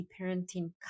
Parenting